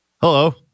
hello